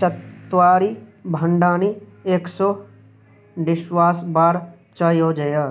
चत्वारि भाण्डाणि एक्सो डिश्वास् बार् च योजय